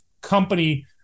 company